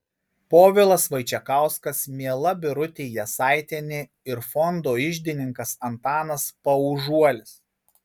povilas vaičekauskas miela birutė jasaitienė ir fondo iždininkas antanas paužuolis